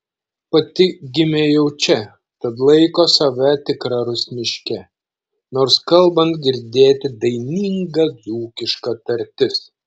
pati gimė jau čia tad laiko save tikra rusniške nors kalbant girdėti daininga dzūkiška tartis